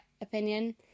opinion